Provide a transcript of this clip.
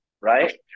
right